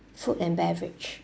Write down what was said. food and beverage